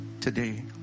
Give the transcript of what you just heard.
today